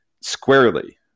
squarely